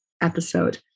episode